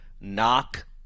knock